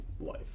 life